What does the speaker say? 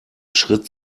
schritt